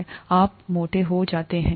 तब आप मोटे हो जाते हैं